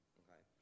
okay